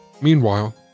Meanwhile